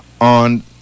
on